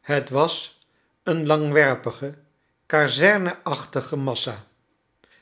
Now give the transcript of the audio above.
het was een langwerpige kazerneachtige massa